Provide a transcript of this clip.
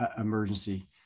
emergency